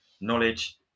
knowledge